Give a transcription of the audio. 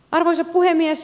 arvoisa puhemies